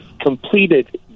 completed